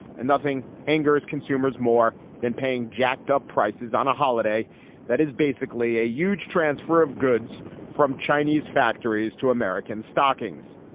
and nothing angers consumers more than paying jacked up prices on a holiday that is basically a huge transfer of goods from chinese factories to american stockings.